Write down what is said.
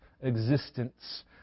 existence